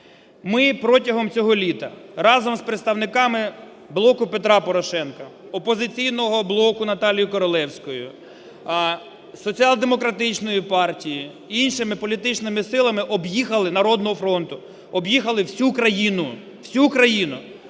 Ми протягом цього літа разом з представниками "Блоку Петра Порошенка", "Опозиційного блоку", НаталієюКоролевською, Соціал-демократичною партією і іншими політичними силами об'їхали, "Народного фронту", об'їхали всю Україну, всю Україну,